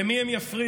למי הם יפריעו?